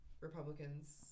Republicans